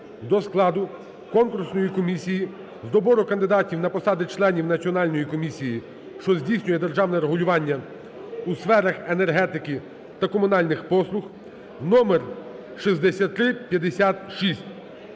до складу Конкурсної комісії з добору кандидатів на посади членів Національної комісії, що здійснює державне регулювання у сферах енергетики та комунальних послуг (номер 6356)